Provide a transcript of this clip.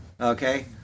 okay